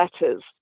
letters